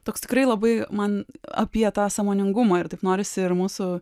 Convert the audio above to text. toks tikrai labai man apie tą sąmoningumą ir taip norisi ir mūsų